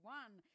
one